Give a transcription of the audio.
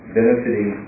benefiting